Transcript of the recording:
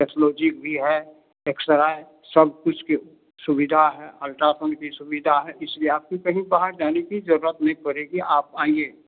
pathology भी है X ray सब उसके सुविधा है अल्ट्रसाउन्ड की सुविधा है इसलिए आपको कहीं बाहर जाने की ज़रूरत नहीं पड़ेगी आप आइए